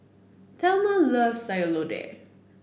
Thelma loves Sayur Lodeh